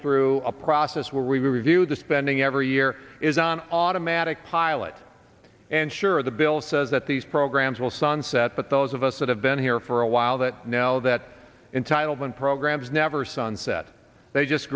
through a process where we review the spending every year is on automatic pilot and sure the bill says that these programs will sunset but those of us that have been here for a while that know that entitlement programs never sunset they just